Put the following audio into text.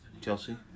Chelsea